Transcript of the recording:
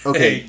Okay